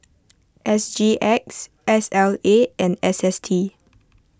S G X S L A and S S T